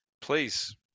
please